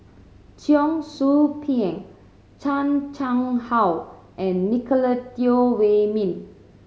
Cheong Soo Pieng Chan Chang How and Nicolette Teo Wei Min